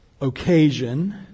occasion